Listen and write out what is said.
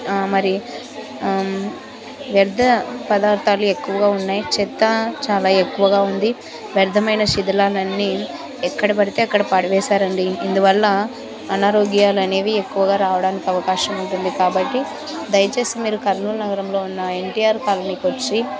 మరి వ్యర్థ పదార్థాలు ఎక్కువగా ఉన్నాయి చెత్త చాలా ఎక్కువగా ఉంది వ్యర్థమైన శిధలాలన్నీ ఎక్కడపడితే అక్కడ పడవేశారండి ఇందువల్ల అనారోగ్యాలునేవి ఎక్కువగా రావడానికి అవకాశం ఉంటుంది కాబట్టి దయచేసి మీరు కర్నూలు నగరంలో ఉన్న ఎన్టీఆర్ కాలనీకి వచ్చి